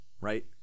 right